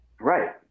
Right